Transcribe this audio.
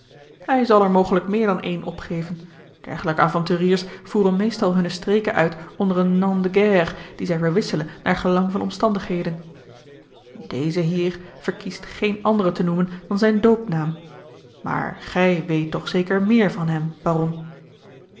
hij zal er mogelijk meer dan één opgeven dergelijke avonturiers voeren meestal hunne streken uit onder een nom de guerre dien zij verwisselen naar gelang van omstandigheden deze hier verkiest geen anderen te noemen dan zijn doopnaam maar gij weet toch zeker meer van hem baron